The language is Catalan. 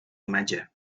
imatge